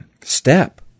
step